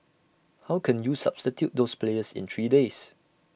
how can you substitute those players in three days